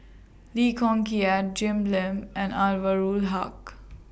Lee Kong Kiat Jim Lim and Anwarul Haque